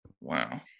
Wow